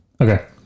Okay